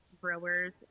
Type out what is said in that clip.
growers